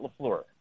LaFleur